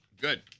Good